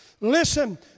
Listen